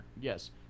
Yes